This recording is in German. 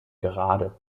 gerade